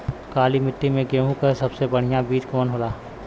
काली मिट्टी में गेहूँक सबसे बढ़िया बीज कवन होला?